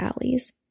valleys